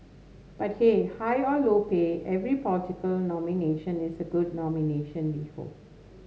but hey high or low pay every political nomination is a good nomination we hope